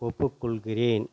ஒப்புக்கொள்கிறேன்